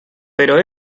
pero